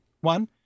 One